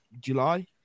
July